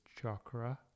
chakra